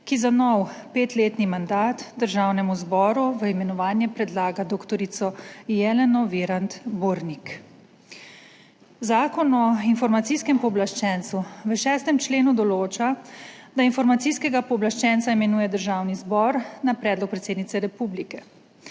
ki za nov petletni mandat Državnemu zboru v imenovanje predlaga dr. Jeleno Virant Burnik. Zakon o Informacijskem pooblaščencu v 6. členu določa, da informacijskega pooblaščenca imenuje državni zbor na predlog predsednice republike.